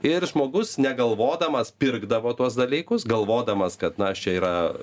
ir žmogus negalvodamas pirkdavo tuos dalykus galvodamas kad na aš čia yra